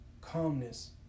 calmness